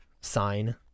sign